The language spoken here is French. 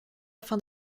afin